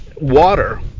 water